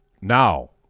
now